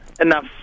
enough